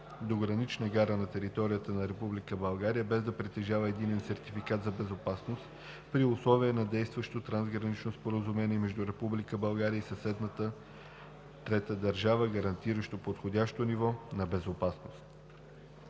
до гранична гара на територията на Република България без да притежава единен сертификат за безопасност, при условие на действащо трансгранично споразумение между Република България и съседната трета държава, гарантиращо подходящо ниво на безопасност.“